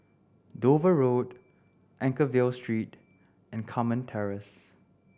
Dover Road Anchorvale Street and Carmen Terrace